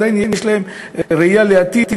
עדיין יש להם ראייה לעתיד,